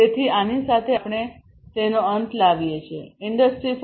તેથી આની સાથે આપણે તેનો અંત લાવીએ છીએ ઇન્ડસ્ટ્રી 4